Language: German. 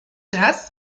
das